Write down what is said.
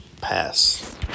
Pass